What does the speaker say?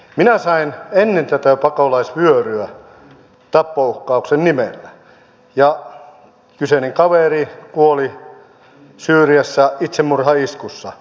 minä sain ennen tätä pakolaisvyöryä tappouhkauksen nimellä ja kyseinen kaveri kuoli syyriassa itsemurhaiskussa